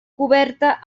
coberta